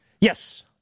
Yes